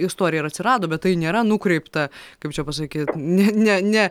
istorija ir atsirado bet tai nėra nukreipta kaip čia pasakyt ne ne ne